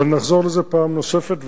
אבל נחזור לזה פעם נוספת,